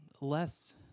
less